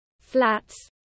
flats